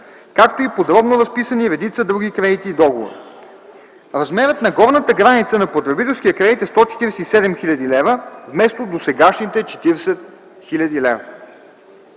както и подробно разписани редица други кредити и договори. Размерът на горната граница на потребителския кредит е 147 хил. лв. вместо досегашните 40 хил. лв.